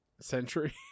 century